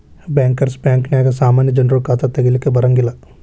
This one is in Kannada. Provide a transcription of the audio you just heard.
ಬ್ಯಾಂಕರ್ಸ್ ಬ್ಯಾಂಕ ನ್ಯಾಗ ಸಾಮಾನ್ಯ ಜನ್ರು ಖಾತಾ ತಗಿಲಿಕ್ಕೆ ಬರಂಗಿಲ್ಲಾ